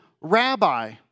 rabbi